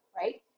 right